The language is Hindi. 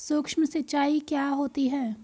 सुक्ष्म सिंचाई क्या होती है?